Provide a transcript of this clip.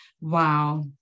Wow